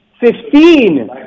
Fifteen